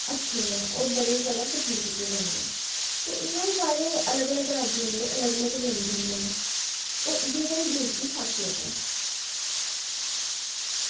अच्छे ऐं ओह् बड़े गै जैदा पसंद कीते जंदे ऐते इं'या गै साढ़े अलग अलग राज्य दे अलग अलग व्यंजन न होर इ'यै साढ़े देश दी खासियत ऐ